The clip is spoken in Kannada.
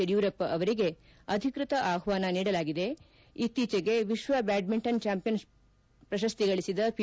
ಯಡಿಯೂರಪ್ಪ ಅವರಿಗೆ ಅಧಿಕೃತ ಆಹ್ವಾನ ನೀಡಲಾಗಿದೆ ಇತ್ತೀಚೆಗೆ ವಿಶ್ವ ಬ್ಯಾಡ್ಮಿಂಟನ್ ಭಾಂಪಿಯನ್ ಪ್ರಶಸ್ತಿ ಗಳಿಸಿದ ಪಿ